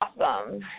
awesome